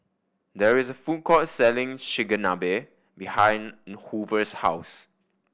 there is a food court selling Chigenabe behind Hoover's house